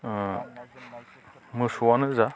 मोसौआनो जा